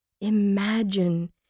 Imagine